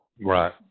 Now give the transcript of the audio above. Right